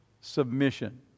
submission